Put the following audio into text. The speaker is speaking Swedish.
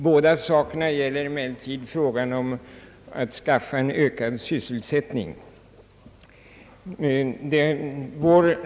Båda sakerna gäller emellertid frågan om att skaffa en ökad sysselsättning.